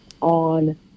on